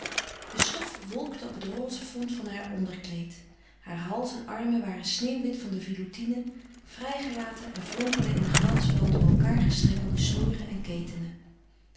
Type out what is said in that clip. de stof wolkte op het roze fond van haar onderkleed haar hals en armen waren sneeuwwit van de veloutine vrijgelaten en flonkerden in den glans van door elkander gestrengelde snoeren en ketenen